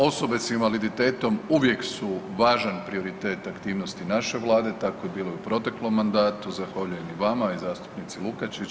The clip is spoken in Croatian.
Osobe s invaliditetom uvijek su važan prioritet aktivnosti naše Vlade, tako je bilo i u proteklom mandatu, zahvaljujem i vama i zastupnici Lukačić.